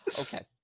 Okay